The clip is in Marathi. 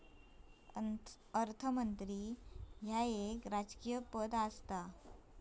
अर्थमंत्री ह्या एक राजकीय पद आसा